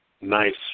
Nice